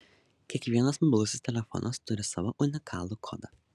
kiekvienas mobilusis telefonas turi savo unikalų kodą